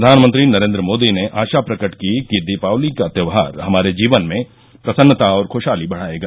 प्रधानमंत्री नरेन्द्र मोदी ने आशा प्रकट की कि दीपावली का त्यौहार हमारे जीवन में प्रसन्ता और खुशहाली बढ़ाएगा